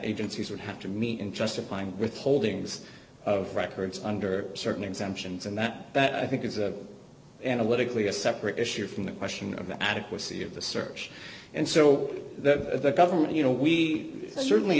agencies would have to meet and justifying withholdings of records under certain exemptions and that that i think is a analytically a separate issue from the question of the adequacy of the search and so that the government you know we certainly